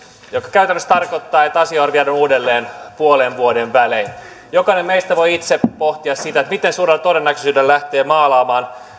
käytännössä tarkoittaa että asia arvioidaan uudelleen puolen vuoden välein jokainen meistä voi itse pohtia sitä miten suurella todennäköisyydellä lähtee maalaamaan